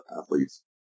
athletes